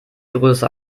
größe